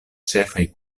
ĉefaj